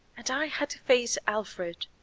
and i had to face alfred.